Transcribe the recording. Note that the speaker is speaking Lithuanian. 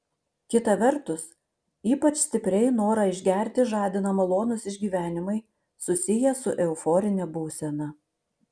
kita vertus ypač stipriai norą išgerti žadina malonūs išgyvenimai susiję su euforine būsena